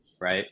right